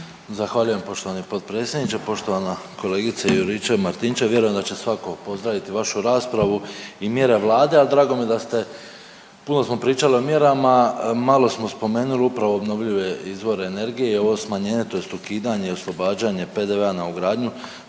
Zahvaljujem poštovani potpredsjedniče. Poštovana kolegice Juričev-Martinčev. Vjerujem da će svatko pozdraviti vašu raspravu i mjere Vlade, ali drago mi je da ste, puno smo pričali o mjerama, malo smo spomenuli upravo obnovljive izvore energije i ovo smanjenje, tj. ukidanje i oslobađanje PDV-a na ugradnju